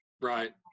Right